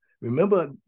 remember